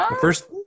first